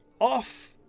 Off